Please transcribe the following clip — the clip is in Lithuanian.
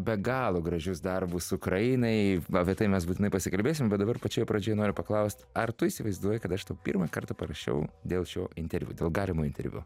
be galo gražius darbus ukrainai apie tai mes būtinai pasikalbėsim bet dabar pačioj pradžioj noriu paklaust ar tu įsivaizduoji kada aš tau pirmą kartą parašiau dėl šio interviu dėl galimo interviu